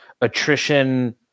attrition